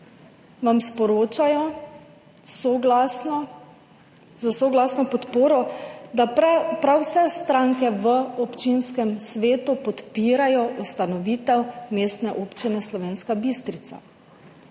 vam sporočajo, da prav vse stranke v občinskem svetu podpirajo ustanovitev mestne občine Slovenska Bistrica.